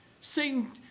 Satan